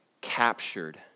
captured